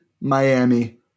Miami